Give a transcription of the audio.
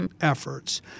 efforts